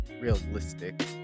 realistic